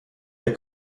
der